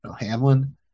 Hamlin